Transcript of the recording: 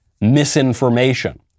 misinformation